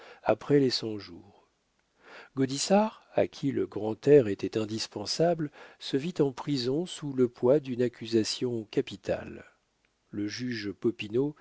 après les cent-jours gaudissart à qui le grand air était indispensable se vit en prison sous le poids d'une accusation capitale le juge